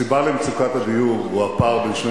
הסיבה למצוקת הדיור היא הפער בין שני